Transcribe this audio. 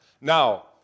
Now